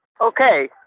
Okay